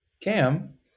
Cam